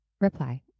reply